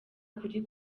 kuri